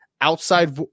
outside